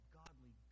godly